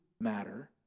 matter